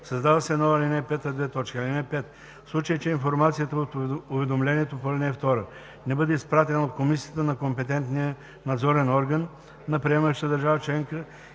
Създава се нова ал. 5: „(5) В случай че информацията от уведомлението по ал. 2 не бъде изпратена от комисията на компетентния надзорен орган на приемащата държава членка